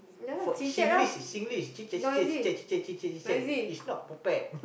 for Singlish is Singlish chit-chat chit-chat chit-chat chit-chat chit-chat it's not potpet